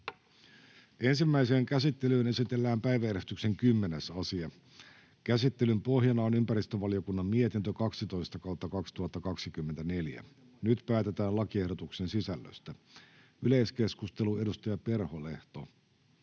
Ensimmäiseen käsittelyyn esitellään päiväjärjestyksen 11. asia. Käsittelyn pohjana on ympäristövaliokunnan mietintö YmVM 13/2024 vp. Nyt päätetään lakiehdotusten sisällöstä. — Yleiskeskustelu. Edustaja Kivelä,